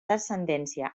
descendència